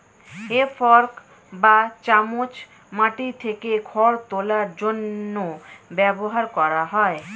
হে fork বা চামচ মাটি থেকে খড় তোলার জন্য ব্যবহার করা হয়